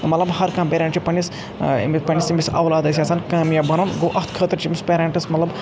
مَطلَب ہَر کانٛہہ پِیرَنٛٹ چھِ پَننِس أمِس اَولادَس یژھان کامیاب بَنُن گوٚو تَتھ خٲطرٕ چھِ أمِس پِیرَنٹٕس مَطلَب